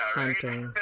hunting